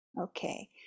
okay